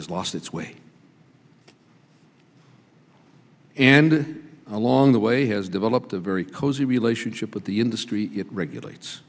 has lost its way and along the way has developed a very cozy relationship with the industry it regulates